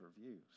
reviews